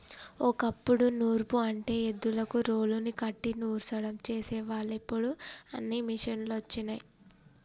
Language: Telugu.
ఓ కప్పుడు నూర్పు అంటే ఎద్దులకు రోలుని కట్టి నూర్సడం చేసేవాళ్ళు ఇప్పుడు అన్నీ మిషనులు వచ్చినయ్